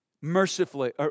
Mercifully